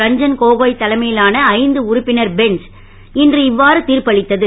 ரஞ்சன் கோகோய் தலைமையிலான ஐந்து உறுப்பினர் பெஞ்ச் இன்று இவ்வாறு தீர்ப்பு அளித்தது